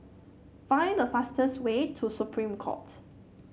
find the fastest way to Supreme Court